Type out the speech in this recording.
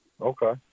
Okay